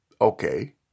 okay